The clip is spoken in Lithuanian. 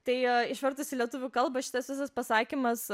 tai išvertus į lietuvių kalbą šitas visas pasakymas